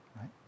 right